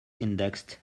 indexed